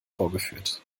vorgeführt